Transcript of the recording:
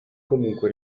comunque